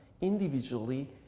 individually